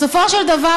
בסופו של דבר,